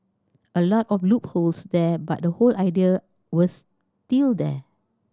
a lot of loopholes there but the whole idea was still there